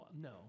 No